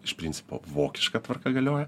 iš principo vokiška tvarka galioja